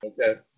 Okay